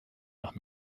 nach